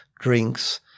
drinks